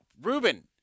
Ruben